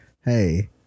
hey